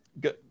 good